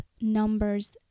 numbers